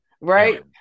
right